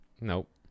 Nope